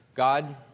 God